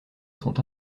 sont